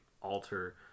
alter